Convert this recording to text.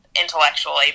intellectually